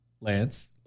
Lance